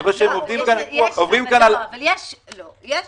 אני רואה שהם עוברים כאן על --- לא.